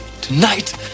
Tonight